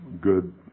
good